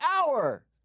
hour